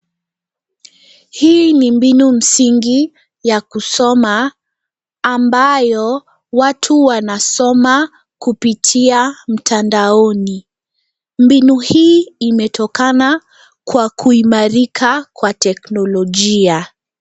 Hii ni mbinu msingi ya kusoma, ambayo watu wanasoma kupitia mtandaoni. Mbinu hii imetokana kwa kuimarika kwa teknolojia.